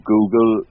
Google